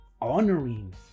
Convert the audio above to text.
honoring